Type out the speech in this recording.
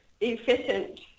efficient